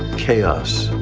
chaos